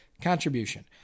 contribution